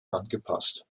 angepasst